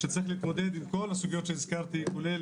שצריך להתמודד עם כל הסוגיות שהזכרתי כולל